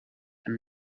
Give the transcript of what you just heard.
and